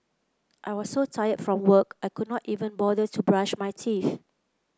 I was so tired from work I could not even bother to brush my teeth